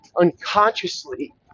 unconsciously